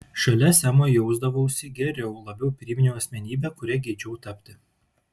šalia semo jausdavausi geriau labiau priminiau asmenybę kuria geidžiau tapti